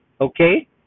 okay